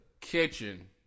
Kitchen